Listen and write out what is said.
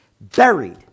Buried